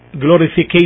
glorification